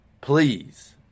Please